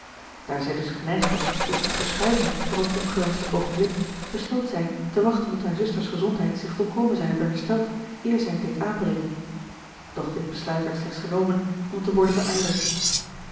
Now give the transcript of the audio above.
daar zij dus geneigd was tot het verschuiven van dat ongewenschte oogenblik besloot zij te wachten tot haar zuster's gezondheid zich volkomen zou hebben hersteld eer zij het deed aanbreken doch dit besluit werd slechts genomen om te worden verijdeld